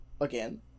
again